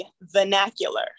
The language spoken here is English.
vernacular